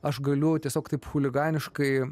aš galiu tiesiog taip chuliganiškai